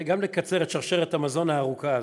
גם לקצר את שרשרת המזון הארוכה הזאת,